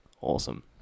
Awesome